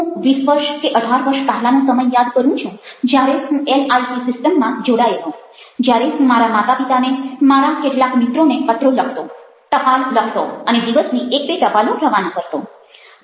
હું 20 વર્ષ કે 18 વર્ષ પહેલાનો સમય યાદ કરું છું જ્યારે હું એલઆઈટી સિસ્ટમમાં જોડાયેલો જ્યારે હું મારા માતા પિતાને મારા કેટલાક મિત્રોને પત્રો લખતો ટપાલ લખતો અને દિવસની 1 2 ટપાલો રવાના કરતો